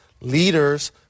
Leaders